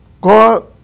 God